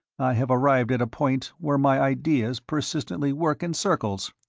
have arrived at a point where my ideas persistently work in circles.